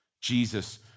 Jesus